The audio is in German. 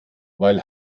weil